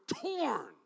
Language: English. torn